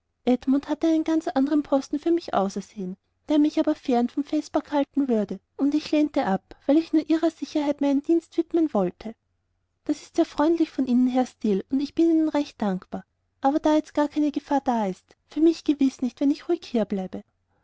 edmund hatte einen ganz anderen posten für mich ausersehen der mich aber fern vom festpark halten würde und ich lehnte ihn ab weil ich nur ihrer sicherheit meinen dienst widmen wollte das war sehr freundlich von ihnen herr steel und ich bin ihnen recht dankbar aber da jetzt gar keine gefahr da ist für mich gewiß nicht wenn ich ruhig hier bleibe